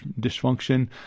dysfunction